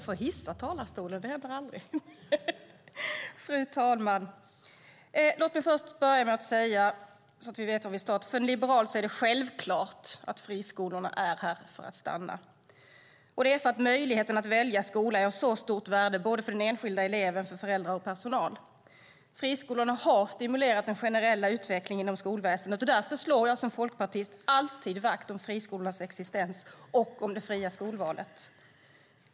Fru talman! Låt mig börja med att säga, så att vi vet var vi står, att det för en liberal är självklart att friskolorna är här för att stanna. Möjligheten att välja skola är av så stort värde för såväl den enskilda eleven som föräldrar och personal. Friskolorna har stimulerat den generella utvecklingen inom skolväsendet, och därför slår jag som folkpartist alltid vakt om friskolornas existens och det fria skolvalet.